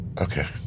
Okay